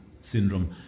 syndrome